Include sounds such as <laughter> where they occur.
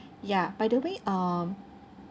<breath> ya by the way um